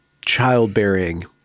childbearing